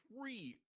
three